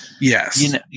Yes